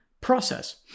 process